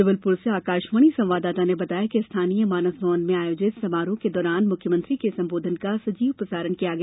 जबलपुर से आकाशवाणी संवाददाता ने बताया है कि स्थानीय मानस भवन में आयोजित समारोह के दौरान मुख्यमंत्री के संबोधन का सजीव प्रसारण किया गया